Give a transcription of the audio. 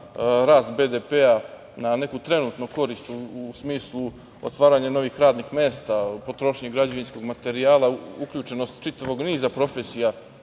rast BDP-a, na neku trenutnu korist u smislu otvaranja novih radnih mesta u potrošnji građevinskog materijala uključenost čitavog niza profesija